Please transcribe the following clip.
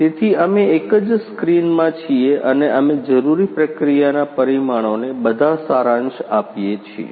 તેથી અમે એક જ સ્ક્રીનમાં છીએ અને અમે જરૂરી પ્રક્રિયાના પરિમાણોને બધાં સારાંશ આપીએ છીએ